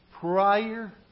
Prior